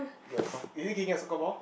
the soc~ is it kicking a soccer ball